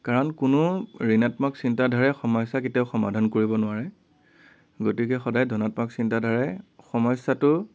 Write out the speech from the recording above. কাৰণ কোনো ঋণাত্মক চিন্তাধাৰাৰে সমস্য়া কেতিয়াও সমাধান কৰিব নোৱাৰে গতিকে সদায় ধনাত্মক চিন্তাধাৰাৰে সমস্য়াটো